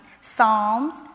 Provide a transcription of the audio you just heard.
Psalms